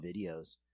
videos